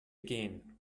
again